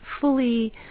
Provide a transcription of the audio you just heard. fully